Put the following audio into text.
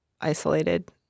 isolated